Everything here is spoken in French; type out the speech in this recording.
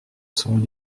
son